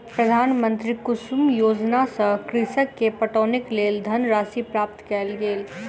प्रधानमंत्री कुसुम योजना सॅ कृषक के पटौनीक लेल धनराशि प्रदान कयल गेल